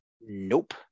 nope